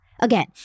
Again